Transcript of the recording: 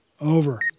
Over